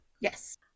Yes